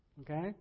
Okay